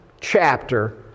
chapter